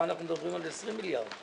פה אנחנו מדברים על 20 מיליארד.